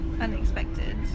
unexpected